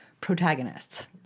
protagonists